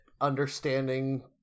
understanding